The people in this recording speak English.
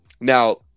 now